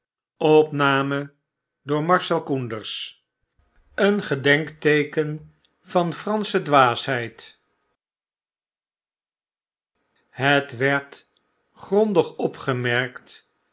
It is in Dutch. een gedenkteeken van pransche dwaasheid het werd grondig opgemerkt